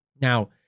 Now